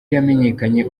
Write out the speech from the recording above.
yamenyekanye